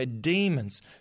Demons